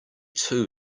too